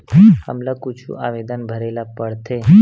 हमला कुछु आवेदन भरेला पढ़थे?